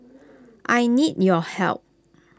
I need your help